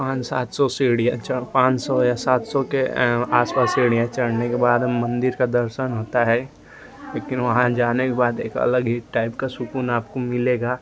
पाँच सात सौ सीढ़ियाँ चढ़ पाँच सौ या सात सौ के आसपास सीढ़ियाँ चढ़ने के बाद मन्दिर का दर्शन होता है लेकिन वहाँ जाने के बाद एक अलग ही टाइप का सुक़ून आपको मिलेगा